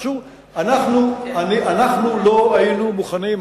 אנחנו לא היינו מוכנים,